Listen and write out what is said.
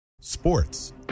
Sports